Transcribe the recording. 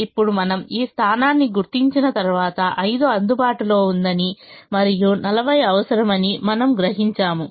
ఇప్పుడుమనము ఈ స్థానాన్ని గుర్తించిన తర్వాత 5 అందుబాటులో ఉందని మరియు 40 అవసరమని మనము గ్రహించాము